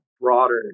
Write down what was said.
broader